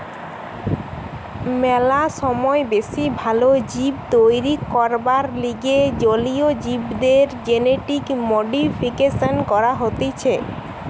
ম্যালা সময় বেশি ভাল জীব তৈরী করবার লিগে জলীয় জীবদের জেনেটিক মডিফিকেশন করা হতিছে